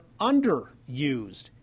underused